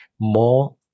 more